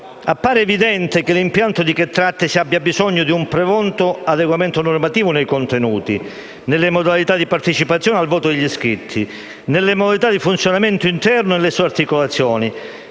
Appare evidente che l'impianto di cui trattasi abbia bisogno di un profondo adeguamento normativo nei contenuti, nelle modalità di partecipazione al voto degli iscritti e di funzionamento interno, nonché nelle sue articolazioni.